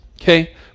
Okay